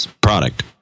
product